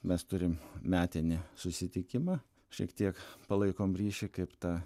mes turim metinį susitikimą šiek tiek palaikom ryšį kaip ta